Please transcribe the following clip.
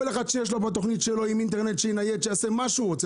כל אחד שיש לו תוכנית עם אינטרנט שיתנייד ויעשה מה שהוא רוצה.